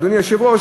אדוני היושב-ראש,